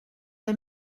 les